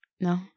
No